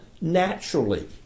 naturally